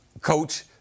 coach